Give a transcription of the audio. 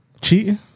cheating